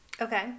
okay